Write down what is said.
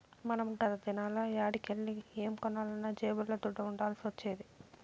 మనం గత దినాల్ల యాడికెల్లి ఏం కొనాలన్నా జేబుల్ల దుడ్డ ఉండాల్సొచ్చేది